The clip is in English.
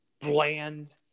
bland